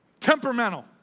Temperamental